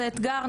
זה אתגר.